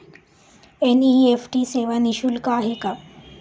NEFT सेवा निःशुल्क आहे का?